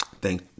Thank